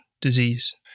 disease